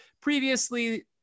previously